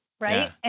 right